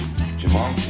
Jamal